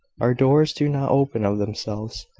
our doors do not open of themselves,